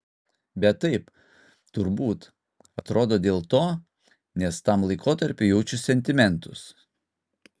bet taip turbūt atrodo dėl to nes tam laikotarpiui jaučiu sentimentus